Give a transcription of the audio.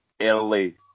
early